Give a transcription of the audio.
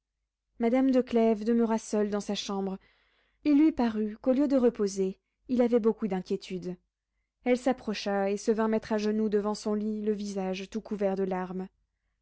madame de clèves demeura seule dans sa chambre il lui parut qu'au lieu de reposer il avait beaucoup d'inquiétude elle s'approcha et se vint mettre à genoux devant son lit le visage tout couvert de larmes